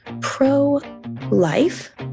pro-life